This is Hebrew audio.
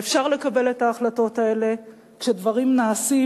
ואפשר לקבל את ההחלטות האלה כשדברים נעשים.